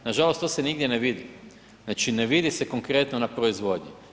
Nažalost to se nigdje ne vidi, znači ne vidi se konkretno na proizvodnji.